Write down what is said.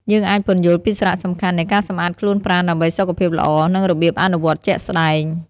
យើងអាចពន្យល់ពីសារៈសំខាន់នៃការសម្អាតខ្លួនប្រាណដើម្បីសុខភាពល្អ និងរបៀបអនុវត្តជាក់ស្ដែង។